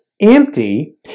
empty